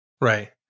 Right